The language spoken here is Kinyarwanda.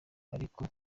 ariko